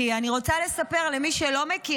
כי אני רוצה לספר למי שלא מכיר.